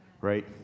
Right